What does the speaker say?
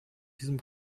diesem